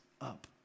up